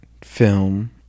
film